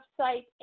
website